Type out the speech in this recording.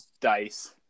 dice